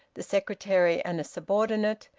the secretary and a subordinate,